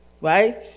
right